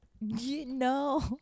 No